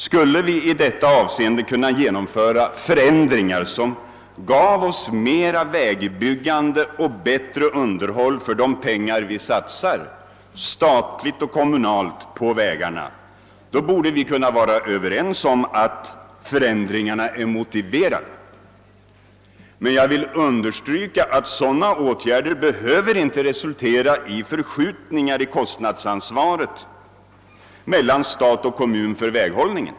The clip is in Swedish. Skulle vi i detta avseende kunna genomföra förändringar, som gav oss mera vägbyggande och bättre underhåll för de pengar vi statligt och kommunalt satsar på vägarna, borde vi kunna vara överens om att förändringarna är motiverade. Men jag vill understryka att sådana åtgärder inte behöver resultera i förskjutningar mellan stat och kommun i fråga om kostnadsansvaret för väghållningen.